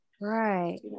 right